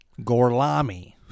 Gorlami